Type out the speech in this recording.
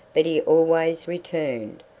but he always returned,